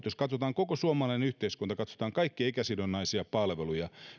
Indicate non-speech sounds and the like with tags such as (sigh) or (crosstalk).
(unintelligible) jos katsotaan koko suomalaista yhteiskuntaa katsotaan kaikkia ikäsidonnaisia palveluja